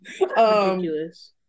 Ridiculous